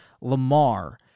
Lamar